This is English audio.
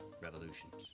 Revolutions